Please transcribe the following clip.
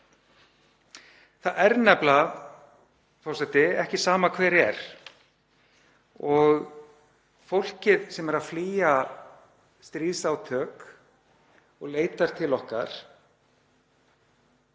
Það er nefnilega, forseti, ekki sama hver er. Fólki sem er að flýja stríðsátök og leitar til okkar